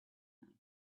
man